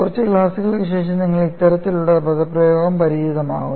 കുറച്ച് ക്ലാസുകൾക്ക് ശേഷം നിങ്ങൾക്ക് ഇത്തരത്തിലുള്ള പദപ്രയോഗം പരിചിതമാകും